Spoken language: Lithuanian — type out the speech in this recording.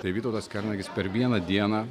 tai vytautas kernagis per vieną dieną